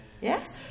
Yes